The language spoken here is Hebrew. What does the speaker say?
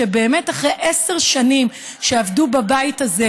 שבאמת אחרי עשר שנים שעבדו בבית הזה,